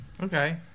okay